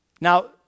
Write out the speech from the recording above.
now